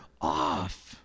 off